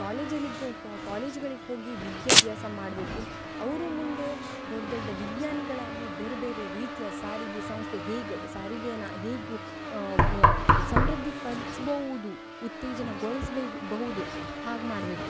ಕಾಲೇಜಲ್ಲಿಗೆ ಕಾಲೇಜುಗಳಿಗೆ ಹೋಗಿ ವಿದ್ಯಾಭ್ಯಾಸ ಮಾಡಬೇಕು ಅವರು ಮುಂದೆ ದೊಡ್ಡ ದೊಡ್ಡ ವಿಜ್ಞಾನಿಗಳಾಗಿ ಬೇರೆ ಬೇರೆ ರೀತಿಯ ಸಾರಿಗೆ ಸಂಸ್ಥೆ ಹೀಗೆ ಸಾರಿಗೇನ ಹೀಗೂ ಸಮೃದ್ಧಿಪಡಿಸ್ಬೌದು ಉತ್ತೇಜನಗೊಳ್ಸ್ಬೇಗು ಬಹುದು ಹಾಗೆ ಮಾಡಬೇಕು